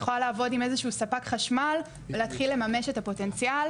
היא יכולה לעבוד עם איזשהו ספק חשמל ולהתחיל לממש את הפוטנציאל.